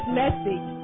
message